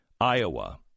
Iowa